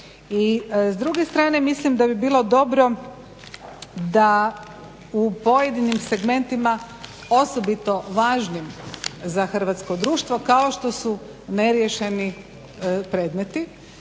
s druge strane mislim da bi bilo dobro da u pojedinim segmentima osobito važnim za hrvatsko društvo kao što su neriješeni predmeti,